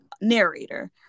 narrator